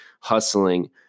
hustling